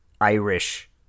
Irish